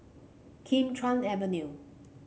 Kim Chuan Avenue